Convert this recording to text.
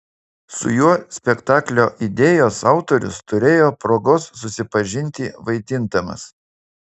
su juo spektaklio idėjos autorius turėjo progos susipažinti vaidindamas